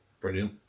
Brilliant